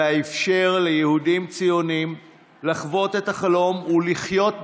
אלא אפשר ליהודים ציונים לחוות את החלום ולחיות בתוכו.